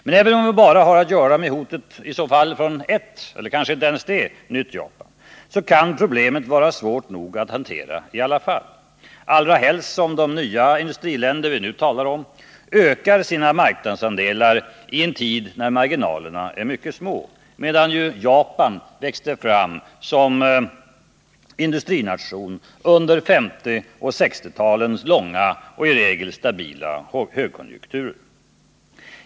Men även om vi i så fall bara har att göra med hotet från ert nytt Japan om ens det, kan problemet vara svårt nog att hantera — allra helst som de nya industriländerna ökar sina marknadsandelar i en tid när marginalerna är mycket små. Japan växte fram som industrination under 1950 och 1960-talens långa och i regel stabila högkonjunkturer.